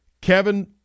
Kevin